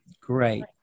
Great